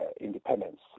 independence